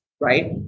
right